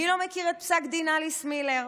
מי לא מכיר את פסק דין אליס מילר.